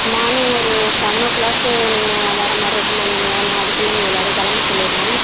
morning ஒரு seven o'clock நீங்கள் வர மாதிரி இருக்கும் மேம் நீங்கள் நான் அதுக்குள்ளே இங்கே எல்லோரையும் கிளம்ப சொல்லிடறேன்